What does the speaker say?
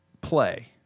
play